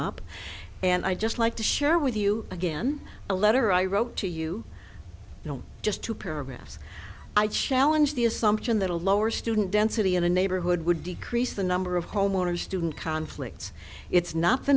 up and i just like to share with you again a letter i wrote to you know just two paragraphs i challenge the assumption that a lower student density in a neighborhood would decrease the number of homeowners student conflicts it's not the